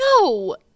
No